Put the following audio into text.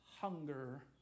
hunger